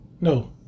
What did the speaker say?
no